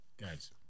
guys